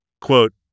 Quote